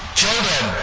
children